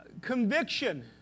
Conviction